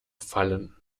fallen